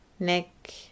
neck